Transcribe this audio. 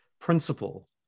principle